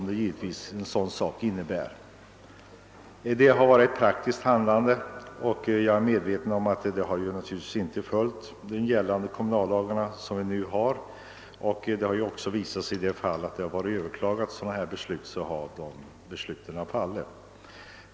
Det har varit fråga om ett praktiskt handlande som — det är jag medveten om — inte stått i överensstämmelse med gällande kommunallagar, och i de fall besluten överklagats har de upphävts.